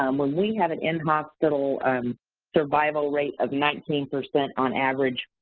um when we have an in-hospital survival rate of nineteen percent on average,